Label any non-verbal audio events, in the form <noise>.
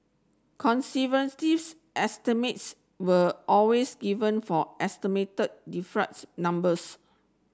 <unintelligible> estimates were always given for estimated <unintelligible> numbers